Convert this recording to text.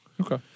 Okay